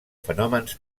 fenòmens